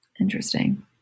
Interesting